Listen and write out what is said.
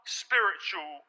spiritual